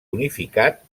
unificat